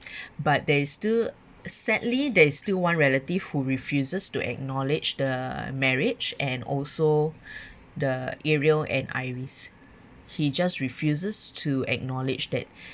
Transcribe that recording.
but there is still sadly there is still one relative who refuses to acknowledge the marriage and also the ariel and iris he just refuses to acknowledge that